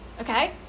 Okay